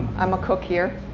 i'm a cook here.